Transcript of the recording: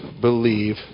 believe